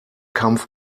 kampf